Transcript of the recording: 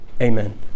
amen